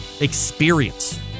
experience